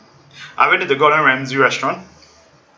I went to the gordon ramsay restaurant